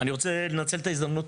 אני רוצה לנצל את ההזדמנות,